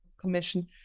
commission